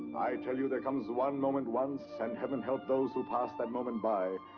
i tell you, there comes one moment, once, and heaven help those who pass that moment by,